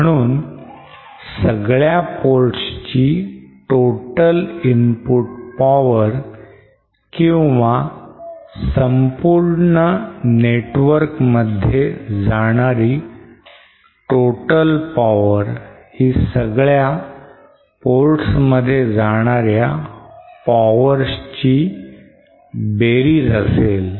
म्हणून सगळ्या ports ची total input power किंवा संपूर्ण network मध्ये जाणारी total power ही सगळ्या ports मध्ये जाणाऱ्या powers ची बेरीज असेल